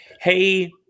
hey